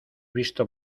visto